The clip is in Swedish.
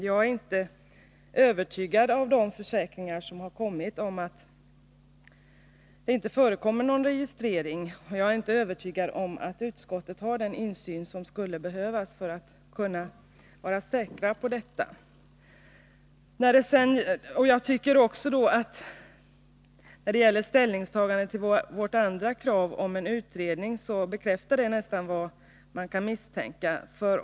Jag är inte övertygad av de försäkringar som har gjorts om att det inte förekommer någon registrering, och jag är inte övertygad om att utskottet har den insyn som skulle behövas för att dess ledamöter skulle kunna vara säkra på detta. Jag tycker vidare att utskottets ställningstagande till vårt andra krav — kravet på utredning — nästan bekräftar vad som kan misstänkas.